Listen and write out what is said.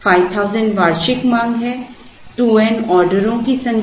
5000 वार्षिक मांग है 2 n ऑर्डरों की संख्या है